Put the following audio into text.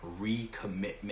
recommitment